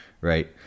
right